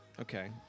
Okay